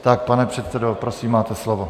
Tak, pane předsedo, prosím máte slovo.